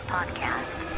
Podcast